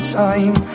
time